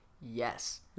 yes